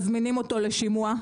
זמינים אותו לשימוע,